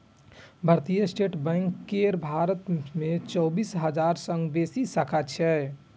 भारतीय State Bank केर भारत मे चौबीस हजार सं बेसी शाखा छै